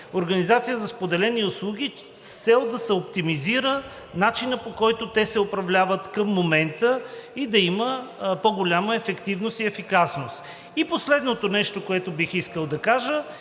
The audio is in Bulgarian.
организация за споделени услуги с цел да се оптимизира начинът, по който те се управляват към момента, и да има по-голяма ефективност и ефикасност. Последното нещо, което бих искал да кажа,